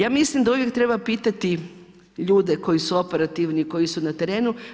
Ja mislim da uvijek treba pitati ljude koji su operativni, koji su na terenu.